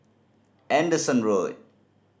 Anderson Road